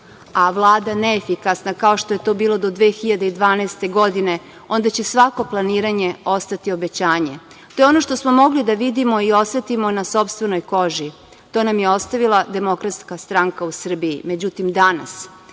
a Vlada neefikasna, kao što je to bilo do 2012. godine, onda će svako planiranje ostati obećanje. To je ono što smo mogli da vidimo i osetimo na sopstvenoj koži. To nam je ostavila Demokratska stranka u Srbiji.Međutim, danas